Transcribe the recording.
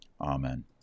Amen